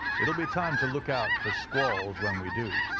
it will be time to look out for squalls when we do.